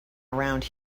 around